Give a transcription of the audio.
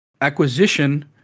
acquisition